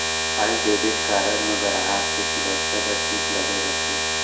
आज debit card म गराहक के सुरक्छा बर चिप लगे रथे